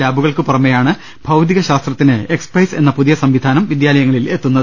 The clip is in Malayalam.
ലാബുകൾക്ക് പുറമെയാണ് ഭൌതിക ശാസ്ത്രത്തിന് എക്സ്പൈസ് എന്ന പുതിയ സംവിധാനം വിദ്യാലയങ്ങളിലെത്തുന്നത്